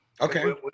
Okay